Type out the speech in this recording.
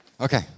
Okay